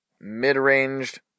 mid-ranged